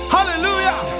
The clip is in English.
Hallelujah